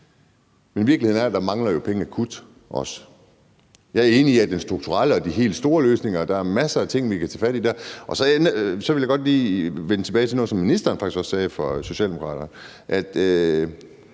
Virkeligheden er, at der også mangler penge akut. Jeg er enig i, at i forhold til det strukturelle og de helt store løsninger er der masser af ting, vi kan tage fat i. Så vil jeg godt lige vende tilbage til noget, som ministeren fra Socialdemokraterne